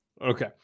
okay